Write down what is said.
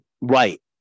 Right